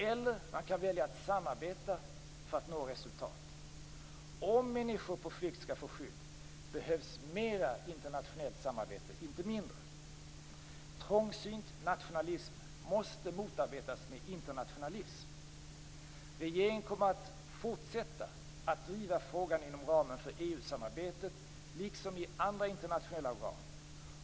Eller man kan välja att samarbeta för att nå resultat. Om människor på flykt skall få skydd behövs mera internationellt samarbete, inte mindre. Trångsynt nationalism måste motarbetas med internationalism. Regeringen kommer att fortsätta att driva frågan inom ramen för EU-samarbetet liksom i andra internationella organ.